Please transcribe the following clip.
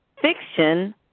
fiction